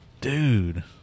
Dude